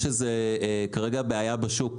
יש בעיה בשוק